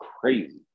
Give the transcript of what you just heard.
crazy